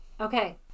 Okay